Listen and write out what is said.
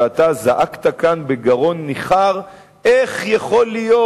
ואתה זעקת כאן בגרון ניחר: איך יכול להיות,